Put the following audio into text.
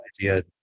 idea